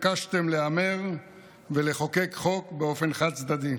התעקשתם להמר ולחוקק חוק באופן חד-צדדי,